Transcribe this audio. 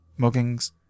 muggings